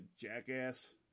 jackass